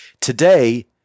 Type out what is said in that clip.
today